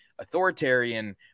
Authoritarian